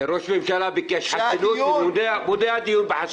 שראש הממשלה ביקש חסינות ומונע דיון בחסינות.